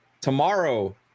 tomorrow